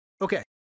Okay